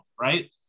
right